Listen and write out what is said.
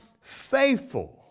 faithful